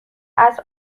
عصر